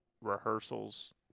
rehearsals